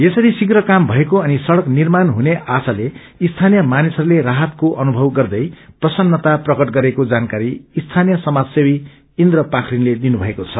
यसरी शीप्र काम भएको अनि सङ्क निर्माण हुने आशाले स्थानीय मानिसङ्ख्ले राहतको अनुभव गर्दै प्रसन्नता प्रकट गरेको जानकारी स्थानीय समाजसेवी इन्द्र पाखरिनले दिनु भएको छ